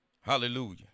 hallelujah